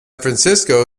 francisco